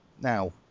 now